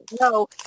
no